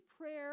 prayer